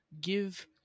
give